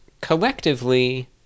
collectively